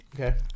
Okay